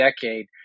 decade